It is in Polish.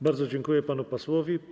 Bardzo dziękuję panu posłowi.